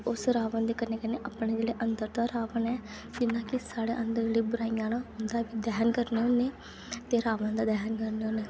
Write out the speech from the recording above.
उस रावण दे कन्नै कन्नै अपने जेह्ड़ा अंदर दा रावण ऐ जेह्ड़ियां बुराइयां न उंदा दह्न करना ते रावण दा दह्न